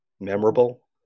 memorable